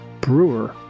Brewer